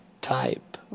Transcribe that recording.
type